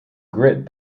grit